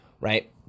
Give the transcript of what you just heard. right